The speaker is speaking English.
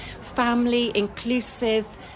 family-inclusive